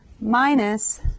minus